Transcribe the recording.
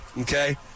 okay